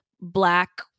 black